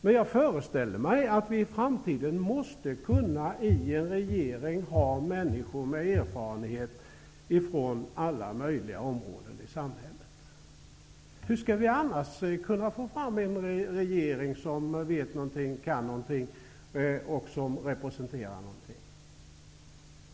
Men jag föreställer mig att vi i framtiden måste kunna i en regering ha människor med erfarenhet från alla möjliga områden i samhället. Hur skall vi annars kunna få fram en regering som vet någonting, som kan någonting och som representerar någonting?